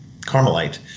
Carmelite